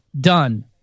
Done